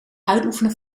uitoefenen